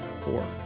Four